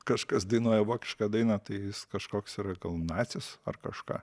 kažkas dainuoja vokišką dainą tai jis kažkoks yra gal nacis ar kažką